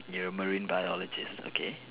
you're a marine biologist okay